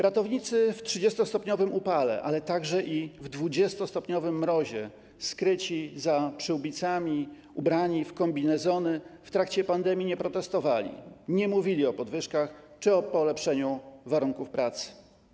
Ratownicy w 30-stopniowym upale, ale także w 20-stopniowym mrozie, skryci za przyłbicami, ubrani w kombinezony, w trakcie pandemii nie protestowali, nie mówili o podwyżkach czy o polepszeniu warunków pracy.